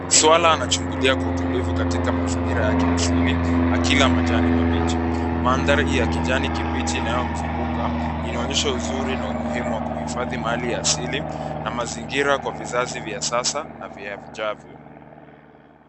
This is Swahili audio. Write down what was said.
Swara anachungulia kwa utulivu katika mazingira yake ya asili akila majani mabichi. Mandhari hii ya kijani kibichi inayomzunguka inaonyesha uzuri na umuhimu wa kuhifahi mali asili na mazingira kwa vizazi vya sasa na vijavyo.